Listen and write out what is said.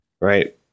Right